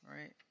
right